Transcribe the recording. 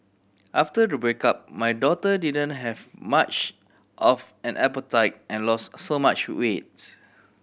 after the breakup my daughter didn't have much of an appetite and lost so much weights